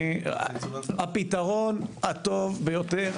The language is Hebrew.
הפתרון הטוב ביותר,